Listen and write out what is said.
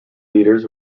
leaders